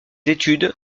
études